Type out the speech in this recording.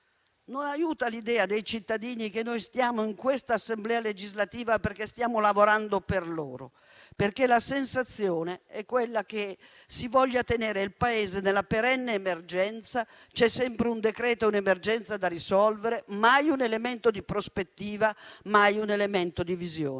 non aiuta l'idea dei cittadini che noi stiamo in questa Assemblea legislativa perché stiamo lavorando per loro. La sensazione è quella che si voglia tenere il Paese nella perenne emergenza. Ci sono sempre un decreto e un'emergenza da risolvere, mai un elemento di prospettiva o un elemento di visione.